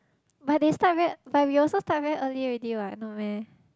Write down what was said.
but they start very but we also start very early already what no meh